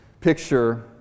picture